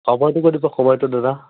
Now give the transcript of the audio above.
সময়টো কৈ দিব সময়টো দাদা